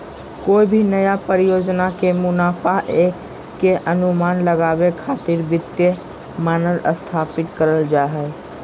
कोय भी नया परियोजना के मुनाफा के अनुमान लगावे खातिर वित्तीय मानक स्थापित करल जा हय